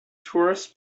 tourists